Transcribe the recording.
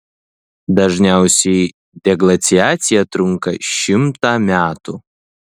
dažniausiai deglaciacija trunka šimtą metų